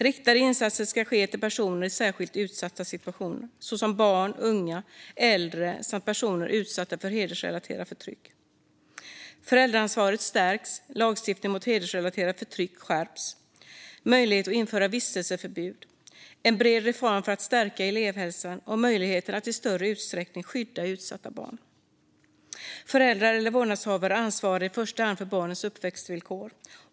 Riktade insatser ska ges till personer i särskilt utsatta situationer, såsom barn, unga, äldre samt personer som är utsatta för hedersrelaterat förtryck. Föräldraansvaret stärks, och lagstiftningen mot hedersrelaterat förtryck skärps. Det blir möjligt att införa vistelseförbud. En bred reform ska stärka elevhälsan och möjlighet ska finnas att i större utsträckning skydda utsatta barn. Det är i första hand föräldrar eller vårdnadshavare som ansvarar för barnens uppväxtvillkor.